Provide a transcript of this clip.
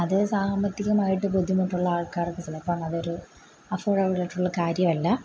അത് സാമ്പത്തികമായിട്ട് ബുദ്ധിമുട്ടുള്ള ആൾക്കാർക്ക് ചിലപ്പം അതൊരു അഫൊർഡബിളായിട്ടുള്ള കാര്യമല്ല